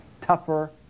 tougher